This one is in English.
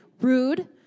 rude